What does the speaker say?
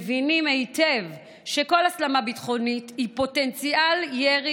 מבינים היטב שכל הסלמה ביטחונית היא פוטנציאל ירי